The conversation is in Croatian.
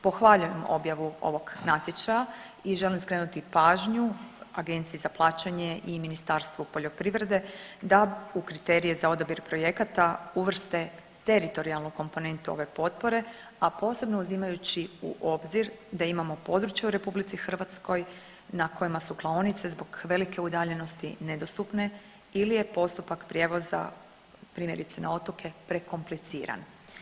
Pohvaljujem objavu ovog natječaja i želim skrenuti pažnju Agenciji za plaćanje i Ministarstvu poljoprivrede da u kriterije za odabir projekata uvrste teritorijalnu komponentu ove potpore, a posebno uzimajući u obzir da imamo područja u RH na kojima su klaonice zbog velike udaljenosti nedostupne ili je postupak prijevoza primjerice na otoke prekompliciran.